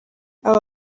aba